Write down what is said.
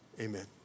Amen